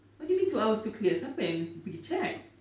what do you mean two hours to clear siapa yang pergi check